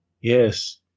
Yes